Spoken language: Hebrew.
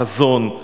חזון,